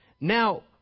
Now